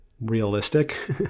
realistic